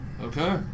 Okay